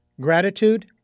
Gratitude